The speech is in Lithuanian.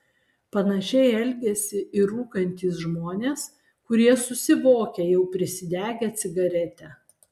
panašiai elgiasi ir rūkantys žmonės kurie susivokia jau prisidegę cigaretę